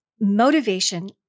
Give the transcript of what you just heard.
motivation